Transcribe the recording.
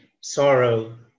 sorrow